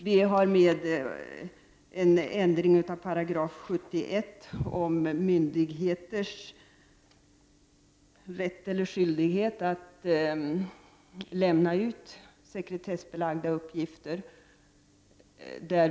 Vi i folkpartiet har även tagit upp en ändring av 71 § om myndigheters rätt eller skyldighet att lämna ut sekretessbelagda uppgifter.